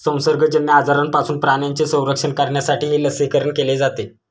संसर्गजन्य आजारांपासून प्राण्यांचे संरक्षण करण्यासाठीही लसीकरण केले जाते